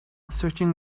stretching